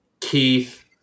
Keith